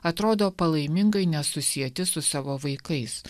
atrodo palaimingai nesusieti su savo vaikais